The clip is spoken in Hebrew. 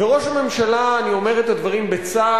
ראש הממשלה, אני אומר את הדברים בצער,